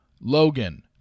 Logan